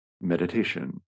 meditation